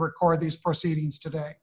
record these proceedings today